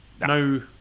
No